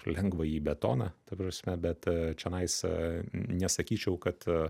lengvąjį betoną ta prasme bet a čenais a nesakyčiau kad